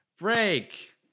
Break